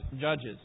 Judges